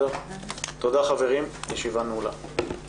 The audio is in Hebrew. תודה, חברים, הישיבה נעולה.